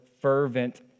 fervent